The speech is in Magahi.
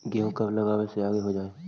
गेहूं कब लगावे से आगे हो जाई?